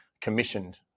commissioned